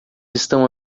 estão